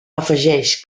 afegeix